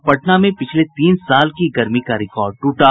और पटना में पिछले तीन साल की गर्मी का रिकॉर्ड टूटा